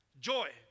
Joy